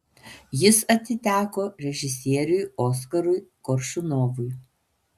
jis atiteko režisieriui oskarui koršunovui